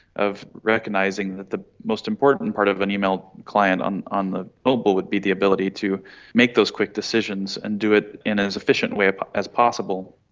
of recognising that the most important part of an email client on on the mobile would be the ability to make those quick decisions and do it in an efficient way ah as possible.